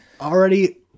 already